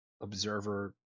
Observer